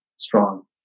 Strong